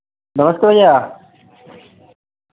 नमस्ते भैया